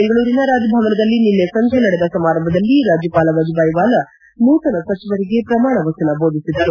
ಬೆಂಗಳೂರಿನ ರಾಜಭವನದಲ್ಲಿ ನಿನ್ನೆ ಸಂಜೆ ನಡೆದ ಸಮಾರಂಭದಲ್ಲಿ ರಾಜ್ಯವಾಲ ವಜೂಬಾಯಿ ವಾಲಾ ನೂತನ ಸಚಿವರಿಗೆ ಪ್ರಮಾಣ ವಚನ ಬೋಧಿಸಿದರು